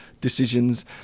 decisions